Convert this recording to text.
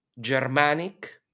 Germanic